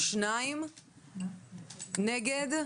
2 נגד,